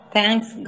Thanks